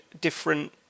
different